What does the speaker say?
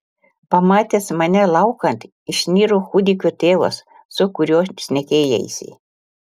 pamatęs mane laukan išniro kūdikio tėvas su kuriuo šnekėjaisi